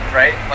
right